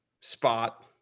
spot